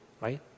right